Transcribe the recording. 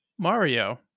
Mario